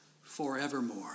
forevermore